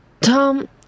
Tom